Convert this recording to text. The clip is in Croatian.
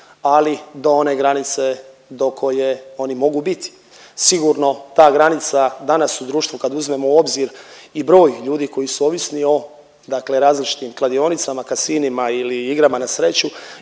ali do one granice do koje oni mogu biti. Sigurno ta granica danas u društvu kad uzmemo u obzir i broj ljudi koji su ovisni o dakle različitim kladionicama, casinima ili igrama na sreću